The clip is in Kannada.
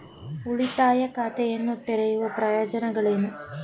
ಉಳಿತಾಯ ಖಾತೆಯನ್ನು ತೆರೆಯುವ ಪ್ರಯೋಜನಗಳೇನು?